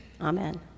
Amen